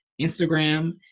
Instagram